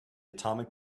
atomic